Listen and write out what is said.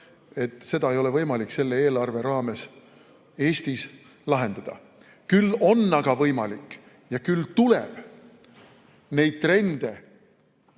seda ei ole võimalik selle eelarve raames Eestis lahendada. Küll on aga võimalik neid trende